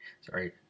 sorry